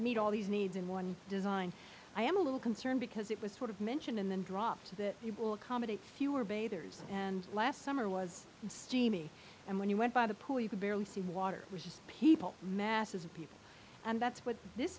meet all these needs in one design i am a little concerned because it was sort of mentioned in the drops that you will accommodate fewer bathers and last summer was steamy and when you went by the pool you could barely see water was just people masses of people and that's what this